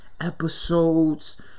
episodes